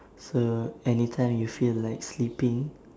so any time you feel like sleeping